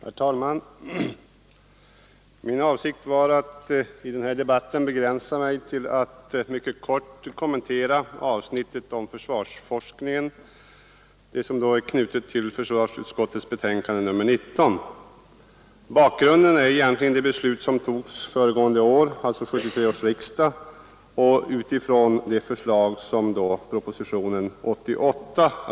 Herr talman! Min avsikt var att i denna debatt begränsa mig till att mycket kort kommentera avsnittet om försvarsforskningen i försvarsutskottets betänkande nr 19. Bakgrunden är egentligen det beslut som togs föregående år, alltså av 1973 års riksdag, utifrån det förslag som redovisades i propositionen 88.